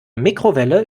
mikrowelle